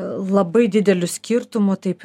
labai dideliu skirtumu taip